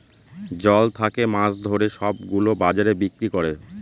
জল থাকে মাছ ধরে সব গুলো বাজারে বিক্রি করে